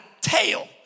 tail